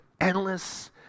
endless